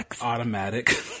Automatic